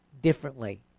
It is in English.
differently